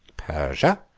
persia.